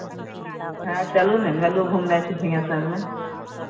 हँ चलू ने मेलो घुमनाइ छै सिंहेश्वरमे